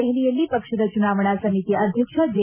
ದೆಹಲಿಯಲ್ಲಿ ಪಕ್ಷದ ಚುನಾವಣಾ ಸಮಿತಿ ಅಧ್ಯಕ್ಷ ಜೆ